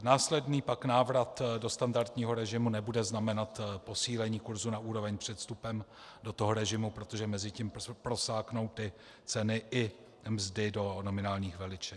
Následný pak návrat do standardního režimu nebude znamenat posílení kursu na úroveň před vstupem do toho režimu, protože mezitím prosáknou ceny i mzdy do nominálních veličin.